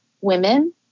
women